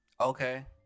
Okay